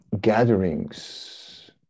gatherings